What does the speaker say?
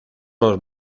los